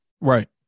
Right